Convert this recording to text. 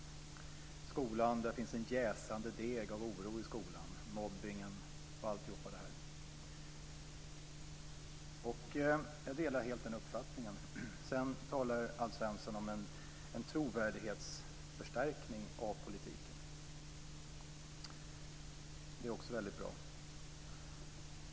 I skolan finns det en jäsande deg av oro - mobbningen osv. Jag delar helt den uppfattningen. Sedan talar Alf Svensson om en trovärdighetsförstärkning av politiken. Det är också väldigt bra.